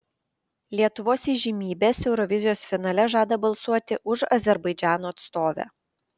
lietuvos įžymybės eurovizijos finale žada balsuoti už azerbaidžano atstovę